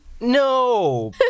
No